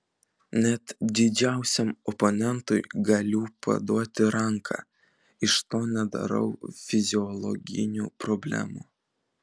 net didžiausiam oponentui galiu paduoti ranką iš to nedarau fiziologinių problemų